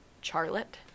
Charlotte-